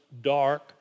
dark